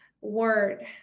word